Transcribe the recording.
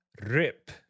Rip